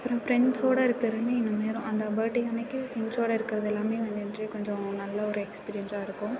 அப்பறம் ஃப்ரண்ட்ஸோடு இருக்குறோமே இன்னும் நேரம் அந்த பர்த்டே அன்னைக்கு ஃப்ராண்ட்ஸோடு இருக்கிறதெல்லாமே வந்துட்டு கொஞ்சம் நல்ல ஒரு எக்ஸ்பீரியன்ஸாக இருக்கும்